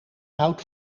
houdt